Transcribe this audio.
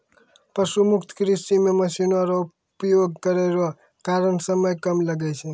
पशु मुक्त कृषि मे मशीन रो उपयोग करै रो कारण समय कम लागै छै